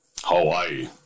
Hawaii